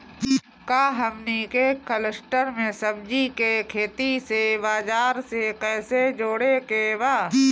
का हमनी के कलस्टर में सब्जी के खेती से बाजार से कैसे जोड़ें के बा?